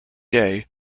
day